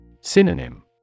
Synonym